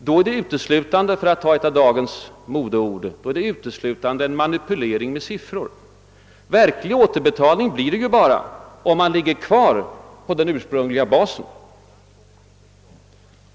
Då är det uteslutande — för att använda ett av dagens modeord — en manipulering med siffror. Verklig återbetalning blir det bara om man håller sig kvar på den ursprungliga basen.